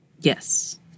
Yes